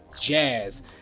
Jazz